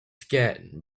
scared